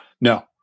No